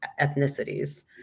ethnicities